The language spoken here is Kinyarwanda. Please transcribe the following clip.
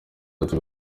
ati